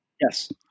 Yes